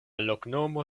loknomo